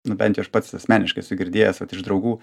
nu bent jau aš pats asmeniškai esu girdėjęs vat iš draugų